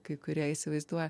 kai kurie įsivaizduoja